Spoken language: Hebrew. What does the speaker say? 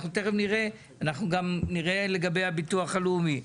אנחנו תכף נראה גם לגבי הביטוח הלאומי.